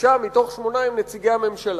שישה מתוך שמונה הם נציגי הממשלה.